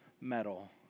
metal